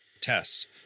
test